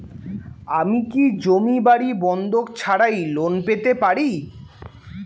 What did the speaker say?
আমি কি জমি বাড়ি বন্ধক ছাড়াই লোন পেতে পারি?